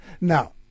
Now